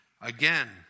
again